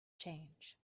change